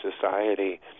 society